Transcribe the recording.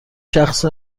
شخص